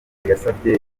yasabye